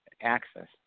access